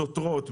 סותרות.